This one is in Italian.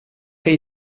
che